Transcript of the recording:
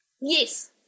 Yes